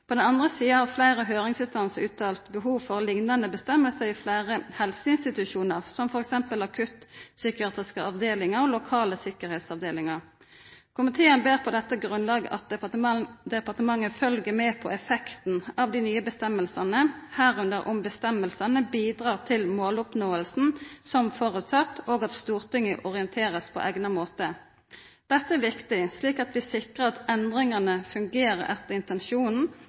På den andre sida har fleire høyringsinstansar uttrykt behov for liknande føresegner i fleire helseinstitusjonar, som f.eks. i akuttpsykiatriske avdelingar og lokale sikkerheitsavdelingar. Komiteen ber på dette grunnlaget om at departementet følgjer med på effekten av dei nye føresegnene, medrekna om føresegnene bidreg til måloppnåinga som føresett, og at Stortinget blir orientert på tenleg måte. Dette er viktig slik at vi sikrar at endringane fungerer etter intensjonen,